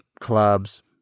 clubs